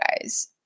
guys